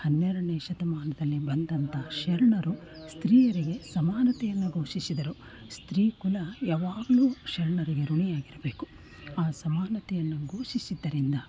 ಹನ್ನೆರಡನೆ ಶತಮಾನದಲ್ಲಿ ಬಂದಂತ ಶರಣರು ಸ್ತ್ರೀಯರಿಗೆ ಸಮಾನತೆಯನ್ನು ಘೋಷಿಸಿದರು ಸ್ತ್ರೀ ಕುಲ ಯಾವಾಗ್ಲೂ ಶರಣರಿಗೆ ಋಣಿಯಾಗಿರಬೇಕು ಆ ಸಮಾನತೆಯನ್ನು ಘೋಷಿಸಿದ್ದರಿಂದ